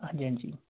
ਹਾਂਜੀ ਹਾਂਜੀ